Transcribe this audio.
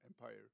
empire